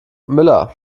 müller